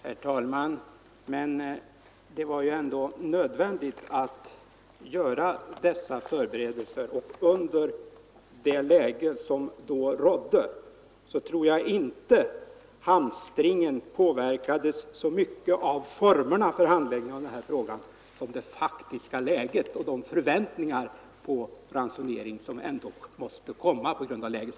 Herr talman! Men det var ju ändå nödvändigt att göra dessa Tisdagen den förberedelser, och jag tror att i det läge som då rådde påverkades 21 maj 1974 hamstringen inte så mycket av formerna för handläggningen som av det faktiska läget och de förväntningar på ransonering som ändock måste finnas.